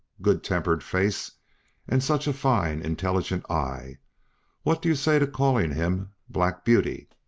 good-tempered face and such a fine, intelligent eye what do you say to calling him black beauty?